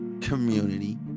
community